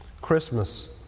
Christmas